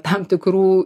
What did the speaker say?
tam tikrų